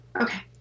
Okay